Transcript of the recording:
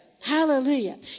Hallelujah